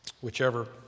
whichever